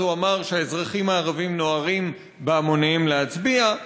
אז הוא אמר שהאזרחים הערבים נוהרים בהמוניהם להצביע,